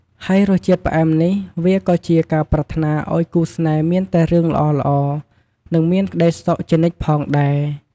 ហើយរសជាតិផ្អែមនេះវាក៏ជាការប្រាថ្នាឲ្យគូស្នេហ៍មានតែរឿងល្អៗ និងមានក្ដីសុខជានិច្ចផងដែរ។